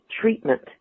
treatment